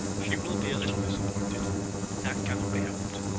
she will be a little disappointed but that cannot be helped.